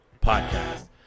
Podcast